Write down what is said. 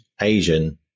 Asian